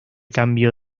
cambio